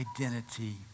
identity